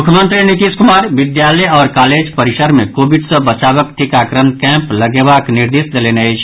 मुख्यमंत्री नीतीश कुमार विद्यालय आओर कॉलेज परिसर मे कोविड सँ बचावक टीकाकरण कैंप लगेबाक निर्देश देलनि अछि